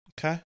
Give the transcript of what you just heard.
Okay